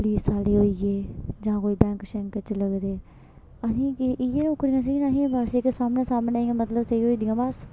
police आह्ले होई गे जां कोई बैंक शैंक च लगदे असेंई केह् इ'यै नौकरियां सेही न असें गी बस जेह्की सामनै सामनै इ'यां मतलब सेही होई जंदियां बस